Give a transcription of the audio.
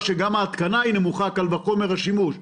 למשל, גם ההתקנה נמוכה, קל וחומר השימוש בה.